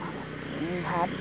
ভাত